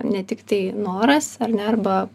ne tiktai noras ar ne arba